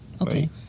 Okay